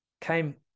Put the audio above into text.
came